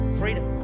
freedom